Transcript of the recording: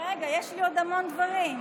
רגע, יש לי עוד המון דברים.